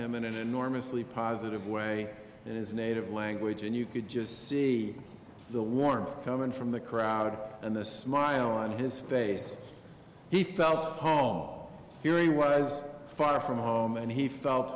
him in an enormously positive way in his native language and you could just see the warmth coming from the crowd and the smile on his face he felt hong hearing was far from home and he felt